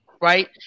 right